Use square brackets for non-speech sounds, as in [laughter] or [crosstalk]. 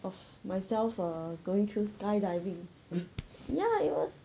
[laughs]